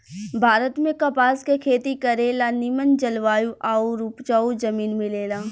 भारत में कपास के खेती करे ला निमन जलवायु आउर उपजाऊ जमीन मिलेला